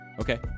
Okay